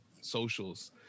socials